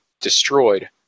destroyed